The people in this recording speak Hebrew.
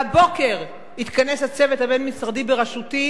והבוקר התכנס הצוות הבין-משרדי בראשותי,